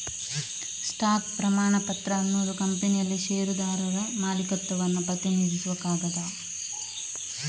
stock ಪ್ರಮಾಣಪತ್ರ ಅನ್ನುದು ಕಂಪನಿಯಲ್ಲಿ ಷೇರುದಾರರ ಮಾಲೀಕತ್ವವನ್ನ ಪ್ರತಿನಿಧಿಸುವ ಕಾಗದ